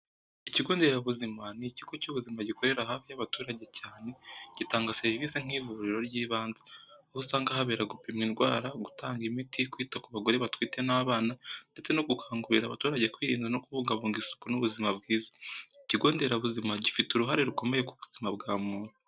Ikigonderabuzima ni ikigo cy’ubuzima gikorera hafi y’abaturage cyane, gitanga serivisi nk’ivuriro ry’ibanze. Aho usanga habera gupimwa indwara, gutanga imiti, kwita ku bagore batwite n’abana, ndetse no gukangurira abaturage kwirinda no kubungabunga isuku n’ubuzima bwiza. Ikigonderabuzima gifite uruhara rukomeye ku buzima bwiza bwa muntu.